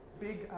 big